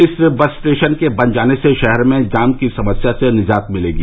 इस bus station के बन जाने से शहर में जाम की समस्या से निजात मिलेगी